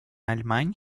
allemagne